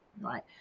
right